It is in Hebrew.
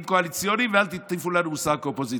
קואליציוניים ואל תטיפו לנו מוסר כאופוזיציה.